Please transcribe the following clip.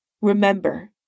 Remember